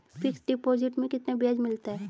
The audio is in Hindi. फिक्स डिपॉजिट में कितना ब्याज मिलता है?